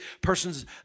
person's